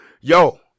yo